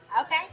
okay